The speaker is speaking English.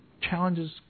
challenges